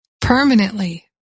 permanently